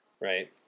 Right